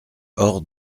hors